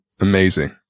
amazing